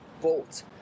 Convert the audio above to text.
bolt